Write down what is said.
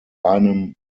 einem